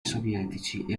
sovietici